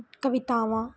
ਕਵਿਤਾਵਾਂ